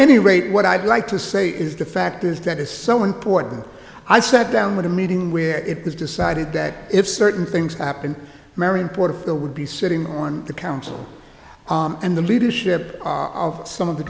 any rate what i'd like to say is the fact is that it's so important i sat down with a meeting where it was decided that if certain things happened in port the would be sitting on the council and the leadership of some of the